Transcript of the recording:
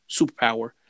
superpower